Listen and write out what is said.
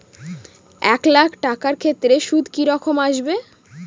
এক লাখ টাকার ক্ষেত্রে সুদ কি রকম আসবে?